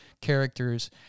characters